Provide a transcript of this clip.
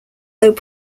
though